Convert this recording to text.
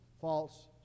false